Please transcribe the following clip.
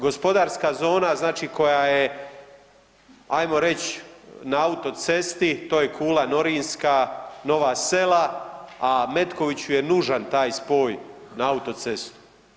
Gospodarska zona znači koja je, ajmo reć, na autocesti, to je Kula Norinska, Nova Sela, a Metkoviću je nužan taj spoj na autocestu.